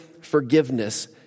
forgiveness